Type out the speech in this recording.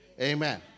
Amen